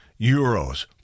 euros